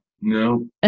No